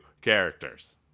characters